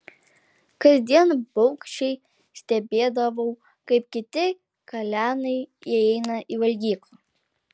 kasdien baugščiai stebėdavau kaip kiti kalenai įeina į valgyklą